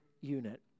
unit